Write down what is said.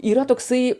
yra toksai